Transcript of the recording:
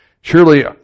Surely